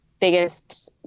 biggest